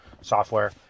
software